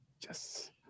Yes